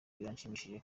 biranshimishije